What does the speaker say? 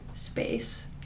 space